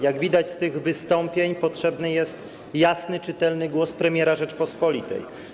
Jak widać na podstawie tych wystąpień, potrzebny jest jasny, czytelny głos premiera Rzeczypospolitej.